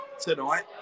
tonight